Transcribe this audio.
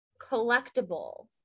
collectible